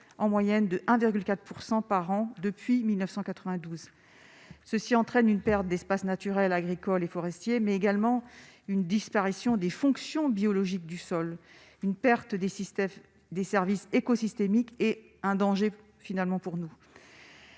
en moyenne de 1,4 % par an depuis 1992 ceci entraîne une perte d'espaces naturels, agricoles et forestiers, mais également une disparition des fonctions biologiques du sol une perte des systèmes des services éco-et un danger finalement pour nous,